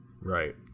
Right